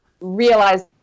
realize